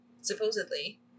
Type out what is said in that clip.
supposedly